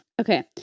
okay